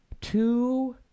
Two